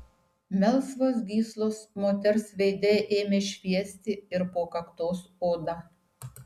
melsvos gyslos moters veide ėmė šviesti ir po kaktos oda